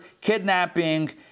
Kidnapping